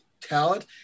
talent